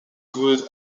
good